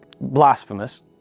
blasphemous